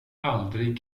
aldrig